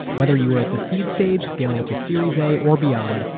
whether you are at the seeds stage scaling to series a or beyond,